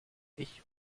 ich